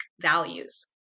values